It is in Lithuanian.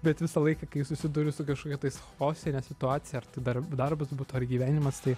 bet visą laiką kai susiduriu su kažkokia tais chaosine situacija ar tai dar darbas būtų ar gyvenimas tai